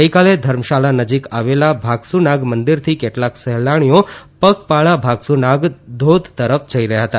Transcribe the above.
ગઇકાલે ધરમશાલા નજીક આવેલા ભાગસુનાગ મંદિરથી કેટલાક સહેલાણીઓ પગપાળા ભાગસુ નાગ ધાધ તરફ જઇ રહ્યા હતા